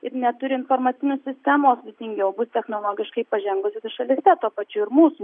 ir neturi informacinės sistemos sudėtingiau bus technologiškai pažengusiose šalyse tuo pačiu ir mūsų